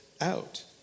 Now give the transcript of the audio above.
out